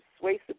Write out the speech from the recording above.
persuasive